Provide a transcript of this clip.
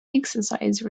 exercise